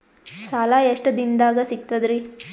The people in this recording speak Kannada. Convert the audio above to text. ಸಾಲಾ ಎಷ್ಟ ದಿಂನದಾಗ ಸಿಗ್ತದ್ರಿ?